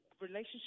relationship